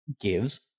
gives